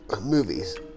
movies